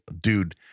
dude